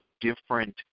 different